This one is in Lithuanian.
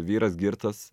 vyras girtas